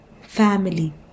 family